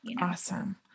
awesome